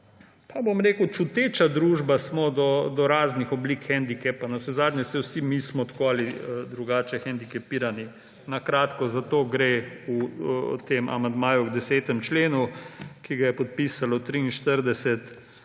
pa bom rekel – čuteča družba smo do raznih oblik hendikepa, navsezadnje saj vsi mi smo tako ali drugače hendikepirani. Na kratko, za to gre v tem amandmaju k 10. členu, ki ga je podpisalo 43 poslancev